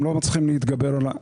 והם לא מצליחים להתגבר על התקלות.